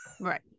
right